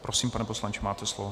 Prosím, pane poslanče, máte slovo.